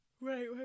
right